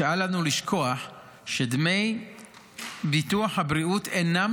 ואל לנו לשכוח שדמי ביטוח הבריאות אינם